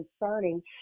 concerning